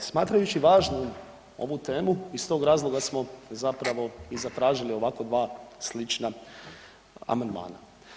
Ovaj smatrajući važnim ovu temu iz tog razloga smo zapravo i zatražili ovako dva slična amandmana.